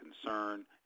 concern